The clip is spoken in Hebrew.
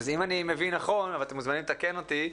אם אני מבין נכון, ואתם מוזמנים לתקן אותי,